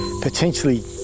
potentially